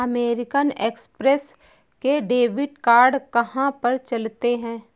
American Express के debit card कहाँ पर चलते हैं?